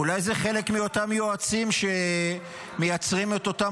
אולי זה חלק מאותם היועצים שמייצרים את אותן